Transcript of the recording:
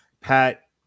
Pat